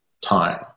time